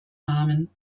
namen